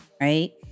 right